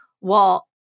well-